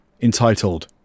entitled